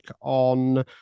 on